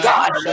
God